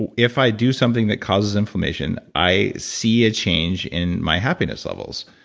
and if i do something that causes inflammation, i see a change in my happiness levels.